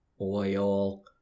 oil